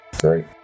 Great